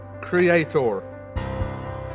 creator